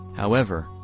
however,